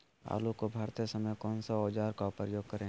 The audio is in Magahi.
आलू को भरते समय कौन सा औजार का प्रयोग करें?